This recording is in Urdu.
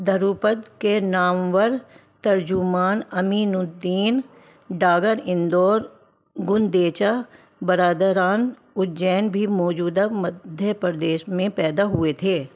دھروپد کے نامور ترجمان امین الدین ڈاگر اندور گندیچا برادران اجین بھی موجودہ مدھیہ پردیش میں پیدا ہوئے تھے